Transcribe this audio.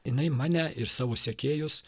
jinai mane ir savo sekėjus